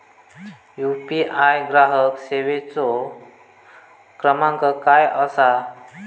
UPI ग्राहक सेवेचो क्रमांक काय असा?